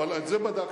אבל את זה בדקתי.